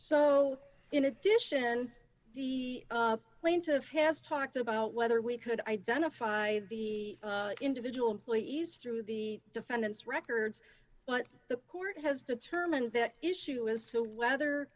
so in addition the plaintiff has talked about whether we could identify the individual employees through the defendant's records but the court has determined that issue as to whether